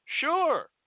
Sure